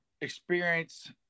experience